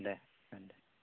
दे दे